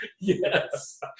yes